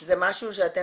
-- זה משהו שאתם